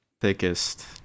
thickest